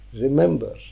Remember